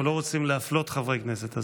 אנחנו לא רוצים להפלות חברי כנסת.